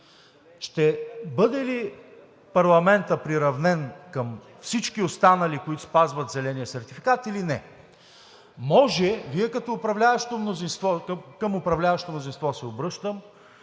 ще бъде ли парламентът приравнен към всички останали, които спазват зеления сертификат, или не? Може Вие като управляващо мнозинство – към